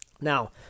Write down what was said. Now